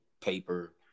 paper